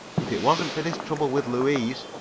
if it wasn't for this trouble with louise